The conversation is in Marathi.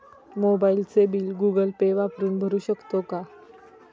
मोबाइलचे बिल गूगल पे वापरून भरू शकतो का?